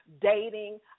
dating